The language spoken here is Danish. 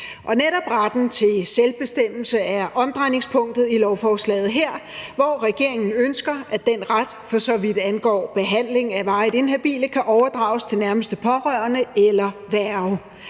netop retten til selvbestemmelse er omdrejningspunktet i lovforslaget her, hvor regeringen ønsker, at den ret, for så vidt angår behandling af varigt inhabile, kan overdrages til nærmeste pårørende eller værge.